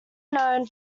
known